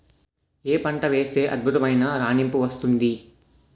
ఏ పంట వేస్తే అద్భుతమైన రాణింపు వస్తుంది?